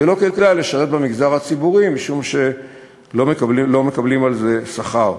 ואשר לא כדאי להם לשרת במגזר הציבורי משום שלא מקבלים על זה שכר.